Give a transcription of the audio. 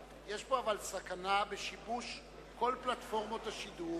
אבל יש פה סכנה בשיבוש כל פלטפורמות השידור,